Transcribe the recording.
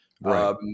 right